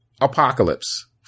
Apocalypse